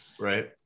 right